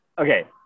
okay